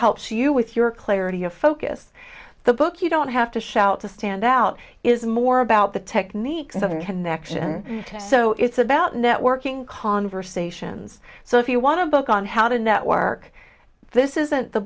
helps you with your clarity of focus the book you don't have to shout to stand out is more about the techniques other connection so it's about networking conversations so if you want to book on how to network this isn't the